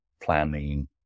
planning